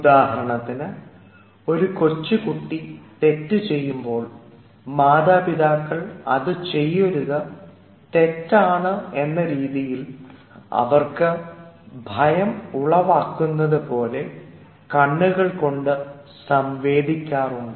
ഉദാഹരണത്തിന് ഒരു കൊച്ചുകുട്ടി തെറ്റ് ചെയ്യുമ്പോൾ മാതാപിതാക്കൾ അത് ചെയ്യരുത് തെറ്റാണ് എന്ന രീതിയിൽ അവർക്ക് ഭയം ഉളവാക്കുന്നത് പോലെ കണ്ണുകൾകൊണ്ട് സംവേദിക്കാറുണ്ട്